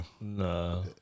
No